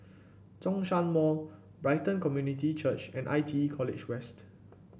Zhongshan Mall Brighton Community Church and I T E College West